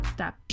Stop